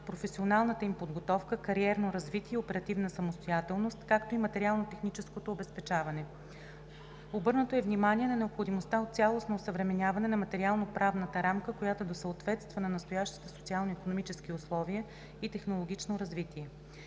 професионалната им подготовка, кариерно развитие и оперативна самостоятелност, както и материално-техническото обезпечаване. Обърнато е внимание на необходимостта от цялостно осъвременяване на материалноправната рамка, която да съответства на настоящите социално-икономически условия и технологично развитие.